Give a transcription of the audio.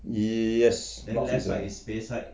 yes north east area